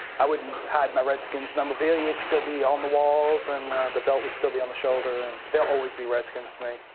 i wouldn't hide my redskins memorabilia. it would still be on the walls, and the belt would still be on the shoulder. and they'll always be redskins to me.